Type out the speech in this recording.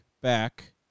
back